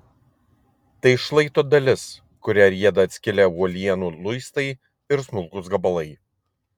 tai šlaito dalis kuria rieda atskilę uolienų luistai ir smulkūs gabalai